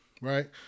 right